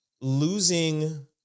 losing